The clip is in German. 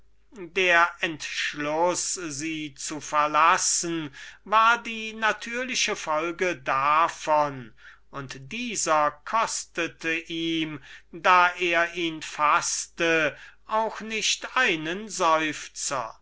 der entschluß sie zu verlassen war die natürliche folge davon und dieser kostete ihn da er ihn faßte nur nicht einen seufzer